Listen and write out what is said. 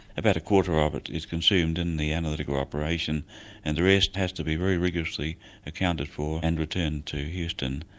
about a quarter of it is consumed in the analytical operation and the rest has to be very rigorously accounted for and returned to houston.